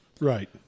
right